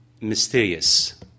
mysterious